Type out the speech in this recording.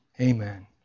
Amen